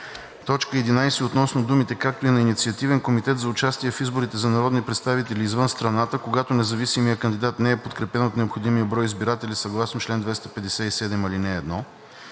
в т. 11 относно думите „както и на инициативен комитет за участие в изборите за народни представители извън страната, когато независимият кандидат не е подкрепен от необходимия брой избиратели, съгласно чл. 257, ал. 1; т.